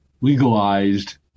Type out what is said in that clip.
legalized